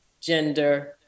gender